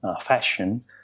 fashion